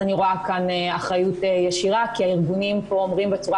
אני רואה כאן אחריות ישירה כי הארגונים פה אומרים בצורה